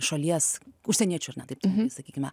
šalies užsieniečiu ar ne taip sakykime